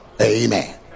amen